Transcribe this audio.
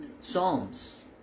Psalms